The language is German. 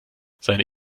seine